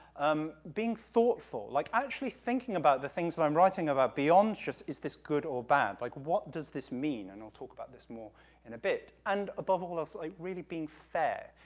um being thoughtful, like actually thinking about the things that i'm writing about beyond just is this good or bad, like what does this mean, and i'll talk about this more in a bit, and above all else, really being fair,